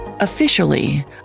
Officially